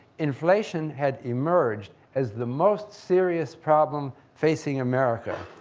inflation had emerged as the most serious problem facing america,